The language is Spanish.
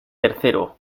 tercero